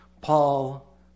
Paul